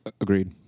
Agreed